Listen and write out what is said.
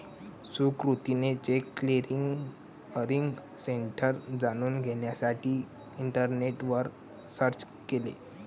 सुकृतीने check clearing status जाणून घेण्यासाठी इंटरनेटवर सर्च केले